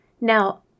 Now